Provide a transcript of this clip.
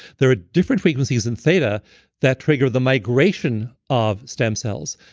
there are different frequencies in theta that trigger the migration of stem cells,